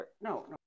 No